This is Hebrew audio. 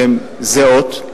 שהן זהות,